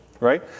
Right